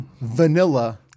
vanilla